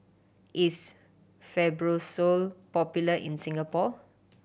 is Fibrosol popular in Singapore